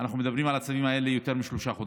אנחנו מדברים על הצווים האלה יותר משלושה חודשים,